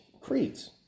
creeds